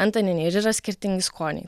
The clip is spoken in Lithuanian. antaniniai ir yra skirtingi skoniai